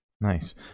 nice